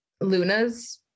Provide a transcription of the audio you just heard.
Luna's